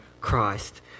Christ